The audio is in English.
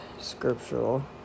scriptural